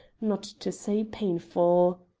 not to say painful.